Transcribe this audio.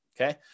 okay